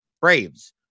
Braves